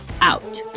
out